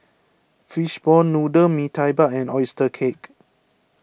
Fishball Noodle Mee Tai Mak and Oyster Cake